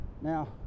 now